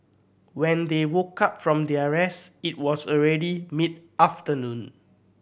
when they woke up from their rest it was already mid afternoon